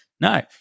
No